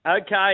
Okay